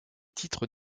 titres